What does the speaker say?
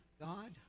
god